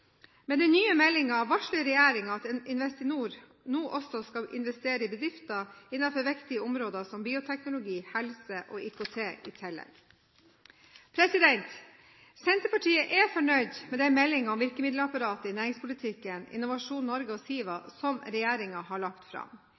Med den nye meldingen varsler regjeringen at Investinor nå også skal investere i bedrifter innenfor viktige områder som bioteknologi, helse og IKT i tillegg. Senterpartiet er fornøyd med den meldingen om virkemiddelapparatet i næringspolitikken, Innovasjon Norge og SIVA som regjeringen har lagt fram.